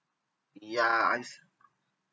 ya I've